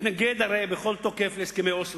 התנגד בכל תוקף להסכמי אוסלו.